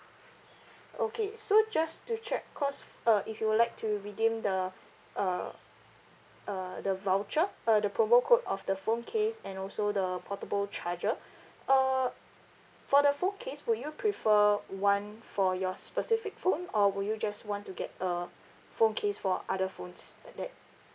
okay so just to check cause uh if you would like to redeem the uh uh the voucher uh the promo code of the phone case and also the portable charger uh for the phone case would you prefer one for your specific phone or would you just want to get a phone case for other phones like that